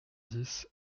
dix